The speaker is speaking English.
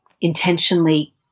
intentionally